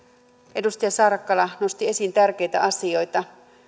edustaja saarakkala nosti esiin tärkeitä asioita